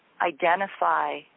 identify